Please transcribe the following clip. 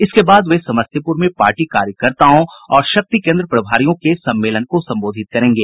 इसके बाद वे समस्तीपुर में पार्टी कार्यकर्ताओं और शक्ति केंद्र प्रभारियों के सम्मेलन को संबोधित करेंगे